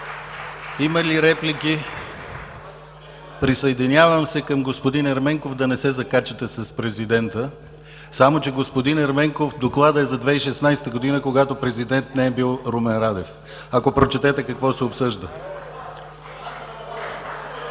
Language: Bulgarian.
Има ли реплики? Присъединявам се към господин Ерменков – да не се закачате с президента. Само че, господин Ерменков, Докладът е за 2016 г., когато президент не е бил Румен Радев, ако прочетете какво се обсъжда. (Шум